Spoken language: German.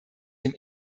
dem